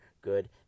good